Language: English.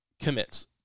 commits